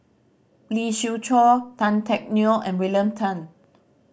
Lee Siew Choh Tan Teck Neo and William Tan